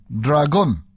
dragon